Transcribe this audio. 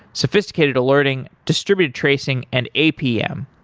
sophisticated learning, distributed tracing and apm.